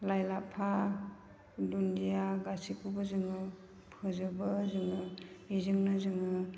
लाइ लाफा दुन्दिया गासैखौबो जोङो फोजोबो जोङो बेजोंनो जोङो